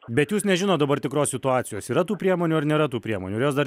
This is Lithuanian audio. bet jūs nežinot dabar tikros situacijos yra tų priemonių ar nėra tų priemonių ar jos dar